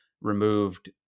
removed